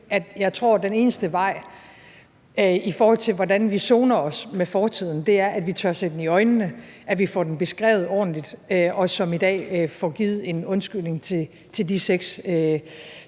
jeg tror, at den eneste vej, i forhold til hvordan vi forsoner os med fortiden, er, at vi tør se den i øjnene, at vi får den beskrevet ordentligt, og at vi også som i dag får givet en undskyldning til de seks,